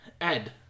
Ed